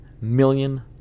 million